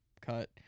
cut